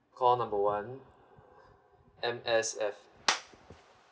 call number one M_S_F